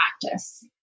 practice